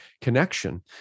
connection